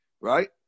Right